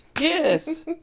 yes